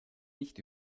nicht